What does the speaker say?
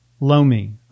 loamy